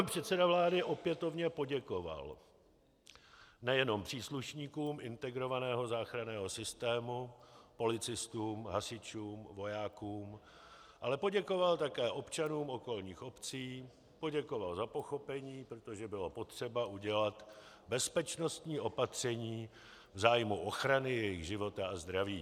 Předseda vlády opětovně poděkoval nejenom příslušníkům integrovaného záchranného systému, policistům, hasičům, vojákům, ale poděkoval také občanům okolních obcí, poděkoval za pochopení, protože bylo potřeba udělat bezpečnostní opatření v zájmu ochrany jejich života a zdraví.